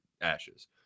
Ashes